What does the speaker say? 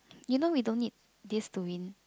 you know we don't need this to win